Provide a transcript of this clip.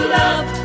love